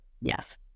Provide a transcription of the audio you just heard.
yes